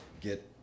get